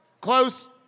Close